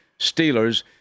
Steelers